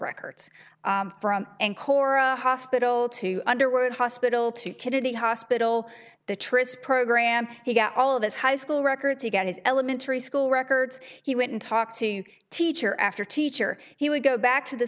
records from and cora hospital to underwood hospital to kennedy hospital the trysts program he got all of his high school records he got his elementary school records he went and talked to teacher after teacher he would go back to the